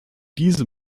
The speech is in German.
diese